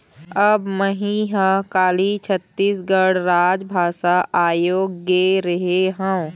अब मही ह काली छत्तीसगढ़ राजभाषा आयोग गे रेहे हँव